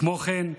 כמו כן,